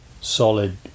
solid